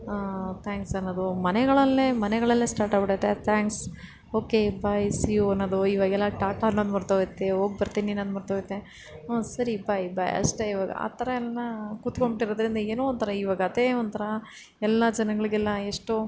thanks ಅನ್ನೋದು ಮನೆಗಳಲ್ಲೆ ಮನೆಗಳಲ್ಲೆ ಸ್ಟಾಟಾಗಿ ಬಿಡುತ್ತೆ ಓಕೆ ಬಾಯ್ ಸೀ ಯು ಅನ್ನೋದು ಇವಾಗೆಲ್ಲ ಟಾಟಾ ಅನ್ನೋದು ಮರೆತೋಗುತ್ತೆ ಹೋಗಿ ಬರ್ತೀನಿ ಅನ್ನೋದು ಮರೆತೋಗೈತೆ ಹ್ಞೂ ಸರಿ ಬಾಯ್ ಬಾಯ್ ಅಷ್ಟೆ ಇವಾಗ ಆ ಥರ ಎಲ್ಲ ಕೂತ್ಕೊಂಡ್ಬಿಟ್ಟಿರೋದ್ರಿಂದ ಏನೊ ಒಂಥರ ಇವಾಗ ಅದೇ ಒಂಥರ ಎಲ್ಲ ಜನಗಳ್ಗೆಲ್ಲ ಎಷ್ಟೊ